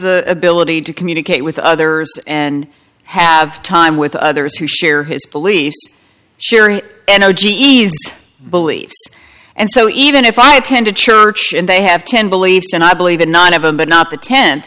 the ability to communicate with others and have time with others who share his beliefs sharing n o g easy beliefs and so even if i attend a church and they have ten beliefs and i believe in none of them but not the tent